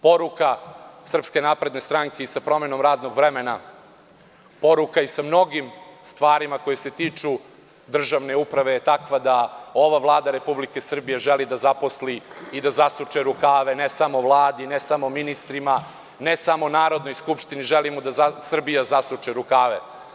Poruka SNS i sa promenom radnog vremena, poruka i sa mnogim stvarima koje se tiču državne uprave je takva da ova Vlada Republike Srbije želi da zaposli i da zasuče rukave, ne samo Vladi, ne samo ministrima, ne samo Narodnoj skupštini, želimo da Srbija zasuče rukave.